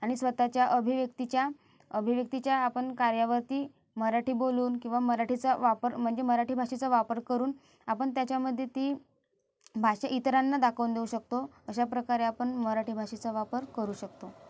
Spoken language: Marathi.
आणि स्वतःच्या अभिव्यक्तीच्या अभिव्यक्तीच्या आपण कार्यावरती मराठी बोलून किंवा मराठीचा वापर म्हणजे मराठी भाषेचा वापर करून आपण त्याच्यामध्ये ती भाषा इतरांना दाखवून देऊ शकतो अशा प्रकारे आपण मराठी भाषेचा वापर करू शकतो